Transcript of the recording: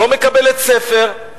לא מקבלת ספר.